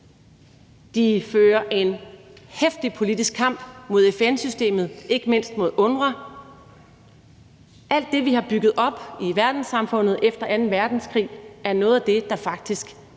De fører en heftig politisk kamp mod FN-systemet, ikke mindst mod UNRWA. Alt det, vi har bygget op i verdenssamfundet efter anden verdenskrig, er noget af det, der faktisk står